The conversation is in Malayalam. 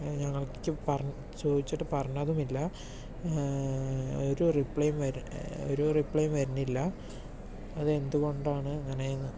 ഞങ്ങൾക്ക് പറഞ്ഞ് ചോദിച്ചിട്ട് പറഞ്ഞതുമില്ല ഒരു റീപ്ലേയും ഒരു റീപ്ലേയും വരണില്ല അത് എന്തുകൊണ്ടാണ് അങ്ങനെയെന്ന്